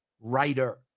writer